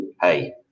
Hey